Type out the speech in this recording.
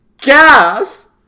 gas